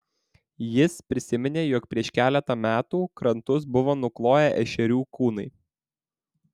jis prisiminė jog prieš keletą metų krantus buvo nukloję ešerių kūnai